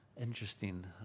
Interesting